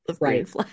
right